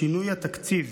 בשינוי התקציב,